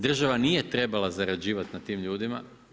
Država nije trebala zarađivat na tim ljudima.